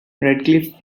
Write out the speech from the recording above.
radcliffe